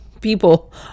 people